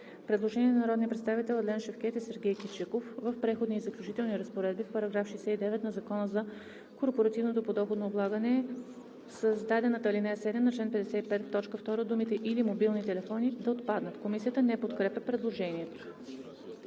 Предложение на народния представител Адлен Шевкед и Сергей Кичиков: „В Преходни и заключителни разпоредби в § 69 на Закона за корпоративното подоходно облагане, в създадената ал. 7 на чл. 55, в т. 2 думите „или мобилни телефони“ да отпаднат.“ Комисията не подкрепя предложението.